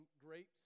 grapes